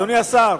אדוני השר,